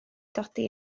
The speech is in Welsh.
dodi